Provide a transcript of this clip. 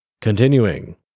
Continuing